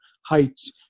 heights